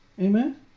Amen